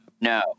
No